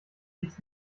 jetzt